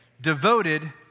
devoted